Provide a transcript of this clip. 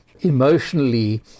emotionally